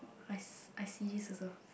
I se~ I see this also